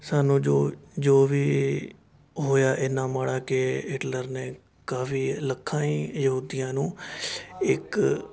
ਸਾਨੂੰ ਜੋ ਜੋ ਵੀ ਹੋਇਆ ਇੰਨਾ ਮਾੜਾ ਕਿ ਹਿਟਲਰ ਨੇ ਕਾਫੀ ਲੱਖਾਂ ਹੀ ਯਹੂਦੀਆਂ ਨੂੰ ਇੱਕ